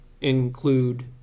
include